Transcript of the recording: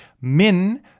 Min